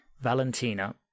Valentina